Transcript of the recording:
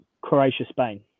Croatia-Spain